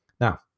Now